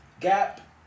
Gap